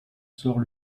sort